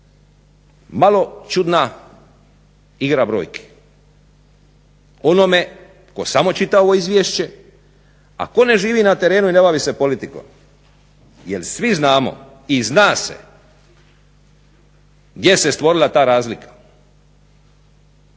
Malo čudna igra brojki. Onome tko samo čita ovo izvješće, a tko ne živi na terenu i ne bavi se politikom jer svi znamo i zna se gdje se stvorila ta razlika.